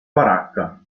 baracca